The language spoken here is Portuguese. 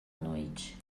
noite